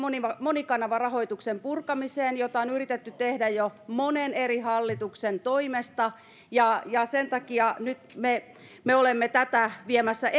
monikanavarahoituksen purkamiseen jota on yritetty tehdä jo monen eri hallituksen toimesta ja ja sen takia nyt me me olemme tätä viemässä